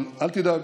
אבל אל תדאג,